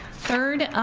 third,